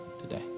today